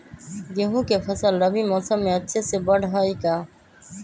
गेंहू के फ़सल रबी मौसम में अच्छे से बढ़ हई का?